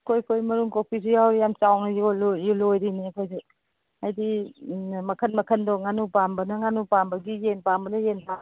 ꯀꯣꯛꯏ ꯀꯣꯛꯏ ꯃꯔꯨꯝ ꯀꯣꯛꯄꯤꯁꯨ ꯌꯥꯎꯏ ꯌꯥꯝ ꯆꯥꯎꯅ ꯂꯣꯏꯔꯤꯅꯦ ꯑꯩꯈꯣꯏꯁꯨ ꯍꯥꯏꯗꯤ ꯎꯝ ꯃꯈꯟ ꯃꯈꯟꯗꯣ ꯉꯥꯅꯨ ꯄꯥꯝꯕꯅ ꯉꯥꯅꯨ ꯄꯥꯝꯕꯒꯤ ꯌꯦꯟ ꯄꯥꯝꯕꯅ ꯌꯦꯟꯗ